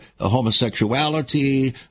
homosexuality